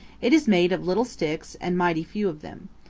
it is made of little sticks and mighty few of them.